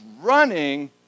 running